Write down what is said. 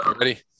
ready